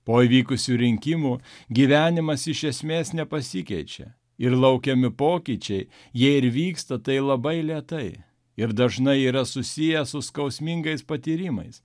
po įvykusių rinkimų gyvenimas iš esmės nepasikeičia ir laukiami pokyčiai jei ir vyksta tai labai lėtai ir dažnai yra susiję su skausmingais patyrimais